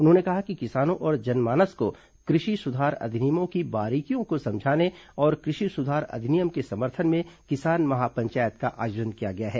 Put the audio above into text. उन्होंने कहा कि किसानों और जनमानस को कृषि सुधार अधिनियमों की बारीकियों को समझाने और कृषि सुधार अधिनियम के समर्थन में किसान महापंचायत का आयोजन किया गया है